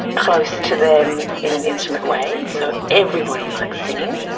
close to them, in an intimate way. so everybody likes singing.